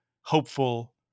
hopeful